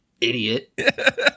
idiot